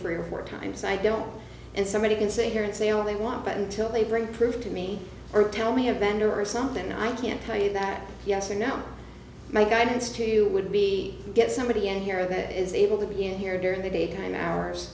three or four times i don't and somebody can sit here and say all they want but until they bring proof to me or tell me a vendor or something i can tell you that yes or no my guidance to you would be to get somebody in here that is able to be in here during the daytime hours